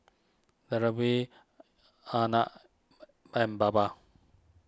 Dhirubhai Arnab and Baba